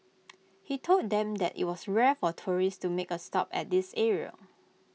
he told them that IT was rare for tourists to make A stop at this area